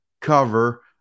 cover